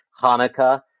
Hanukkah